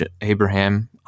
Abraham